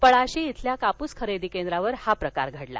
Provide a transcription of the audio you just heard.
पळाशी बेल्या कापूस खरेदी केंद्रावर हा प्रकार घडला